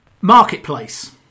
Marketplace